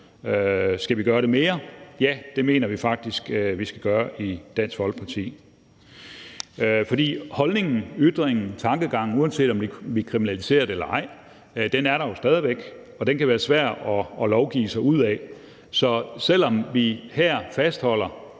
Skal vi gøre det mere? Ja, det mener vi faktisk i Dansk Folkeparti at vi skal gøre. For holdningen, ytringen, tankegangen, uanset om vi kriminaliserer det eller ej, er der jo stadig væk, og den kan være svær at lovgive sig ud af. Så selv om vi her fastholder